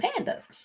pandas